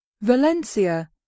Valencia